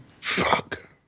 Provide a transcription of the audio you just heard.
fuck